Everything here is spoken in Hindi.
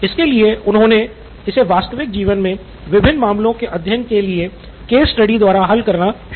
इसके लिए उन्होंने इसे वास्तविक जीवन में विभिन्न मामलों के अध्ययन के लिए केस स्टडी द्वारा हल करना शुरू कर दिया